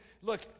look